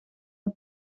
het